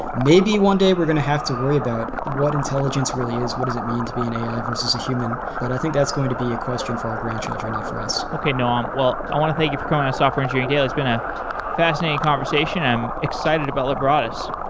maybe one day we're going to have to worry about what intelligence really is, what is it means to be an ai versus human, but i think that's going to be a question for our grandchildren, not for us okay, noam. um i want to thank you for coming on software engineering daily. it's been a fascinating conversation. i'm excited about lebradas.